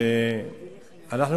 המרוקאים לא.